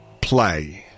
play